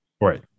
right